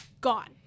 gone